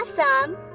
Awesome